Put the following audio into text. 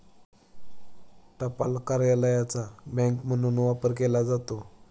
टपाल कार्यालयाचा बँक म्हणून वापर केला जातो